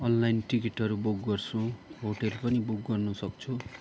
online टिकटहरू book गर्छु hotel पनि बुक गर्नु सक्छु